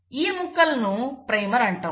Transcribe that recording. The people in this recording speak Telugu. ఈ ముక్కలను ప్రైమర్ అంటాము